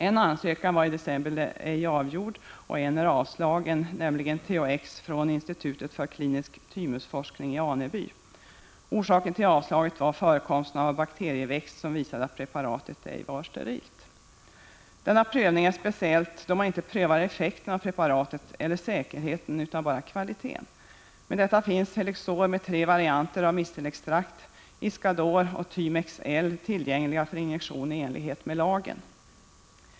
En ansökan var i december bifallen och en är avslagen, nämligen avseende THX från Institutet för klinisk thymusforskning i Aneby. Orsaken till avslaget var förekomsten av bakterieväxt som visade att preparatet ej var sterilt. Denna prövning är speciell, då man inte prövar effekten av preparatet eller säkerheten utan bara kvaliteten. På grund av detta förfaringssätt finns Helixor med tre varianter av mistelextrakt, Iscador och Thymex-L, tillgängliga för injektion i enlighet med lagen.